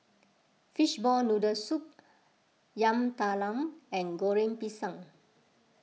Fishball Noodle Soup Yam Talam and Goreng Pisang